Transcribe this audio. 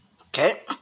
Okay